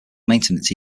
maintenance